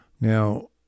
Now